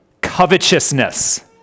covetousness